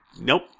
Nope